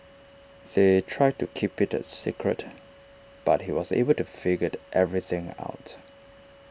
they tried to keep IT A secret but he was able to figured everything out